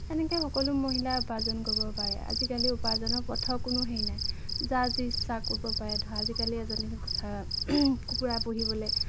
এনেকৈ সকলো মহিলাই উপাৰ্জন কৰিব পাৰে আজিকালি উপাৰ্জনৰ পথৰ কোনো হেৰি নাই যাৰ যি ইচ্ছা কৰিব পাৰে ধৰা আজিকালি এজনী কুকুৰা পুহিবলৈ